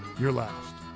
your last.